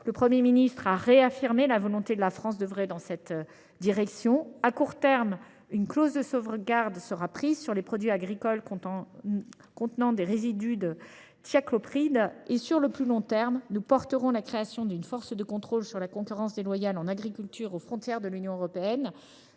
Le Premier ministre a réaffirmé la volonté de la France d’œuvrer en ce sens. À court terme, une clause de sauvegarde sera mise en place sur les produits agricoles contenant des résidus de thiaclopride et, sur le plus long terme, nous soutiendrons la création d’une force de contrôle sur la concurrence déloyale en agriculture aux frontières de l’Union européenne.